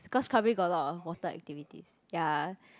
it's cause Krabi got a lot of water activities ya